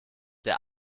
der